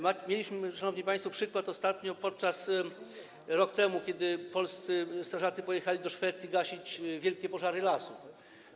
Mieliśmy, szanowni państwo, przykład ostatnio, rok temu, kiedy polscy strażacy pojechali do Szwecji gasić wielkie pożary lasów.